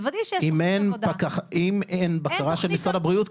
תוודאי שיש -- אם אין בקרה של משרד הבריאות,